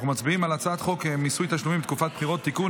אנחנו מצביעים על הצעת חוק מיסוי תשלומים בתקופת בחירות (תיקון,